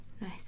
Nice